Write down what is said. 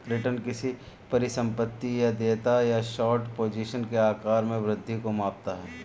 return किसी परिसंपत्ति या देयता या शॉर्ट पोजीशन के आकार में वृद्धि को मापता है